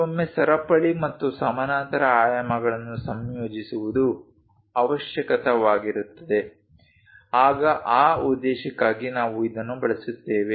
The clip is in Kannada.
ಕೆಲವೊಮ್ಮೆ ಸರಪಳಿ ಮತ್ತು ಸಮಾನಾಂತರ ಆಯಾಮಗಳನ್ನು ಸಂಯೋಜಿಸುವುದು ಅವಶ್ಯಕವಾಗಿರುತ್ತದೆ ಆಗ ಆ ಉದೇಶಕ್ಕಾಗಿ ನಾವು ಇದನ್ನು ಬಳಸುತ್ತೇವೆ